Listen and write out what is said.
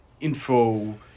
info